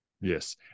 Yes